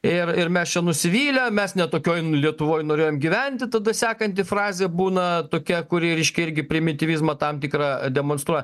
ir ir mes čia nusivylę mes ne tokioj nu lietuvoj norėjom gyventi tada sekanti frazė būna tokia kuri reiškia irgi primityvizmą tam tikrą a demonstruoja